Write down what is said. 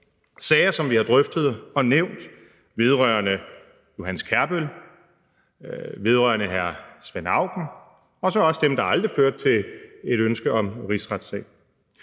Sager, som vi har drøftet og nævnt, vedrørende Johannes Kærbøl, vedrørende hr. Svend Auken, og så også dem, der aldrig førte til et ønske om rigsretssag.